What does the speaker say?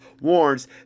warns